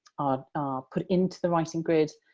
are put into the writing grid,